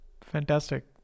Fantastic